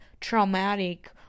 traumatic